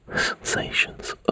sensations